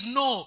no